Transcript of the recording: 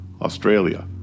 Australia